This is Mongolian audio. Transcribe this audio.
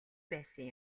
байсан